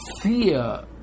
fear